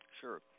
Sure